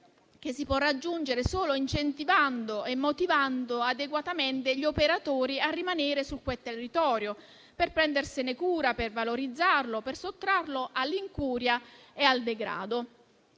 che si può raggiungere solo incentivando e motivando adeguatamente gli operatori a rimanere su quel territorio, per prendersene cura, per valorizzarlo, per sottrarlo all'incuria e al degrado.